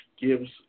gives